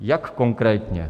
Jak konkrétně?